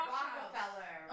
Rockefeller